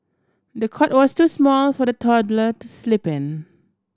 the cot was too small for the toddler to sleep in